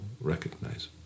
recognize